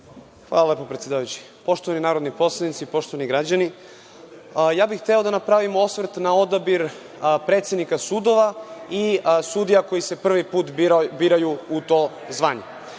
**Miloš Bošković** Poštovani narodni poslanici, poštovani građani, hteo bih da napravim osvrt na odabir predsednika sudova i sudija koje se prvi put biraju u to zvanje.